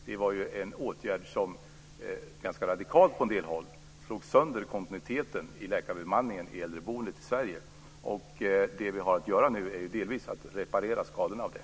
Det var en åtgärd som på en del håll ganska radikalt slog sönder kontinuiteten i läkarbemanningen i äldreboendet i Sverige. Och det som vi nu delvis har att göra är att reparera skadorna av det.